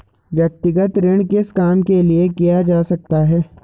व्यक्तिगत ऋण किस काम के लिए किया जा सकता है?